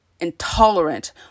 intolerant